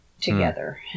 together